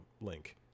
link